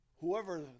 whoever